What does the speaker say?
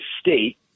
state